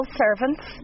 servants